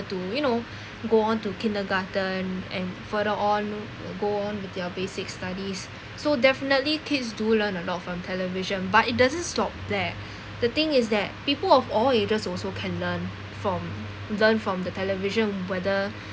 to you know go on to kindergarten and further on go on with their basic studies so definitely kids do learn a lot from television but it doesn't stop there the thing is that people of all ages also can learn from learn from the television whether